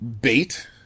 bait